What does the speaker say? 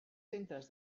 centres